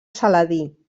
saladí